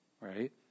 Right